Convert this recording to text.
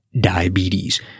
diabetes